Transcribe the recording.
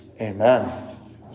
amen